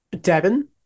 Devin